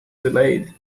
delayed